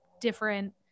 different